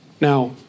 Now